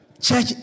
church